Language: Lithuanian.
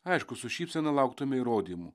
aišku su šypsena lauktume įrodymų